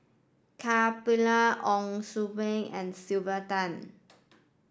Ka Perumal Ong Bee and Sylvia Tan